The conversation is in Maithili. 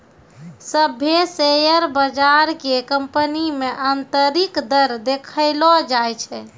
सभ्भे शेयर बजार के कंपनी मे आन्तरिक दर देखैलो जाय छै